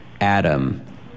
Adam